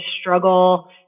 struggle